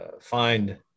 find